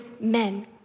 men